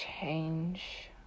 change